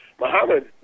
Muhammad